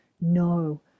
no